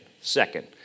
Second